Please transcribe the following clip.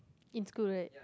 in school right